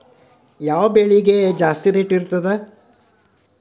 ಯಾವ ಬೆಳಿಗೆ ಜಾಸ್ತಿ ರೇಟ್ ಇರ್ತದ?